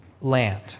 land